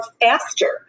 faster